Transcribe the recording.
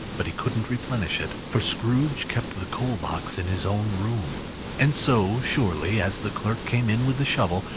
but he couldn't replenish it, for scrooge kept the coal-box in his own room and so surely as the clerk came in with the shovel,